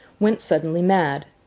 went suddenly mad.